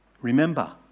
Remember